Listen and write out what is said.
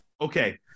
Okay